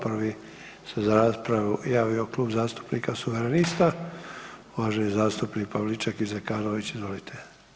Prvi se za raspravu javio Klub zastupnika suverenista, uvaženi zastupnik Pavliček i Zekanović, izvolite.